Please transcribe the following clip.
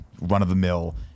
run-of-the-mill